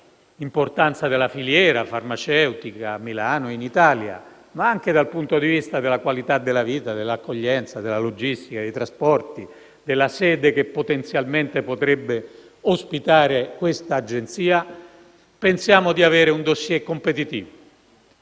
dell'importanza della filiera farmaceutica a Milano e in Italia, ma anche dal punto di vista della qualità della vita, dell'accoglienza, della logistica, dei trasporti, della sede che potenzialmente potrebbe ospitare questa Agenzia; pensiamo di avere un *dossier* competitivo.